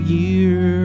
year